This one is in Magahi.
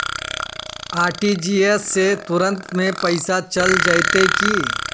आर.टी.जी.एस से तुरंत में पैसा चल जयते की?